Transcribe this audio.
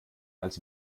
als